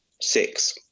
six